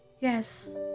Yes